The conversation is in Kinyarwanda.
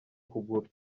kugura